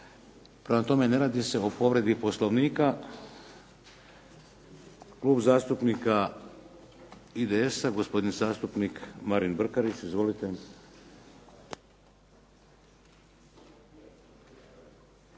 prema tome, ne radi se o povredi Poslovnika. Klub zastupnika IDS-a, gospodin zastupnik Marin Brkarić. Izvolite.